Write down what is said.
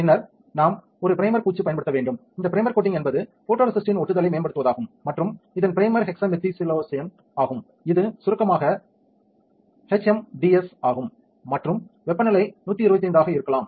பின்னர் நாம் ஒரு ப்ரைமர் பூச்சு பயன்படுத்த வேண்டும் இந்த ப்ரைமர் கோட்டிங் என்பது ஃபோட்டோரேசிஸ்ட்டின் ஒட்டுதலை மேம்படுத்துவதாகும் மற்றும் இதன் ப்ரைமர் ஹெக்ஸாமெதிலிசிலேசேன் ஆகும் இது சுருக்கமாக எச்எம்டிஎஸ் ஆகும் மற்றும் வெப்பநிலை 125 ஆக இருக்கலாம்